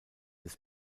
des